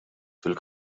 fil